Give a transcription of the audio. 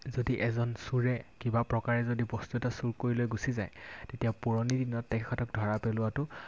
যদি এজন চোৰে কিবা প্ৰকাৰে যদি বস্তু এটা চুৰ কৰি লৈ গুচি যায় তেতিয়া পুৰণি দিনত তেখেতক ধৰা পেলোৱাটো